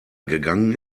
gegangen